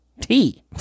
tea